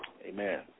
Amen